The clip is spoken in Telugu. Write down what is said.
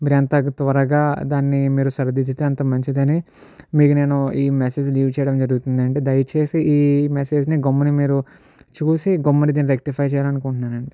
మీరు ఎంత అది త్వరగా దాన్ని మీరు సరి దిద్దితే అంత మంచిదని మీకు నేను ఈ మెసేజ్ లీవ్ చేయడం జరుగుతుంది అండి దయచేసి ఈ మెసేజ్ని గమ్మున మీరు చూసి గమ్మున దీన్ని రెక్టిఫై చేయాలనుకుంటున్నాను అండి